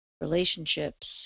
relationships